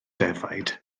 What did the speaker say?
defaid